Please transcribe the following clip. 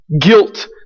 Guilt